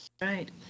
Right